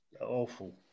awful